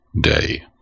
day